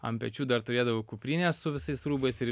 ant pečių dar turėdavau kuprinę su visais rūbais ir